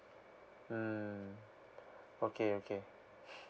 mm okay okay